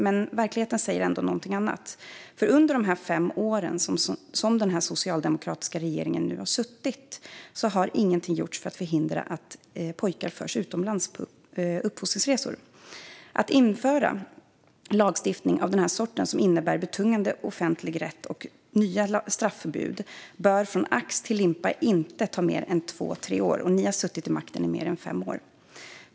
Men verkligheten säger något annat. Under de fem år som den socialdemokratiska regeringen nu har suttit har ingenting gjorts för att förhindra att pojkar förs utomlands på uppfostringsresor. Att införa lagstiftning av den här sorten som innebär betungande offentlig rätt och nya straffbud bör från ax till limpa inte ta mer än två tre år, och denna regering har som sagt suttit vid makten i mer än fem år.